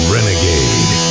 Renegade